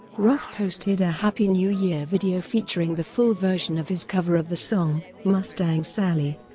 roth posted a happy new year video featuring the full version of his cover of the song mustang sally.